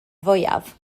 fwyaf